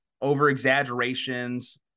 over-exaggerations